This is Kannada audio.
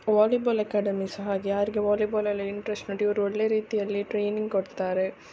ವಾಲಿಬೋಲ್ ಎಕ್ಯಾಡೆಮಿ ಸಹ ಹಾಗೆ ಯಾರಿಗೆ ವಾಲಿಬೋಲಲ್ಲಿ ಇಂಟ್ರೆಶ್ಟ್ ಉಂಟು ಇವ್ರು ಒಳ್ಳೆ ರೀತಿಯಲ್ಲಿ ಟ್ರೈನಿಂಗ್ ಕೊಡ್ತಾರೆ